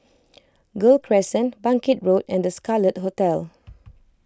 Gul Crescent Bangkit Road and the Scarlet Hotel